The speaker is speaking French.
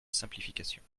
simplification